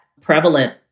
prevalent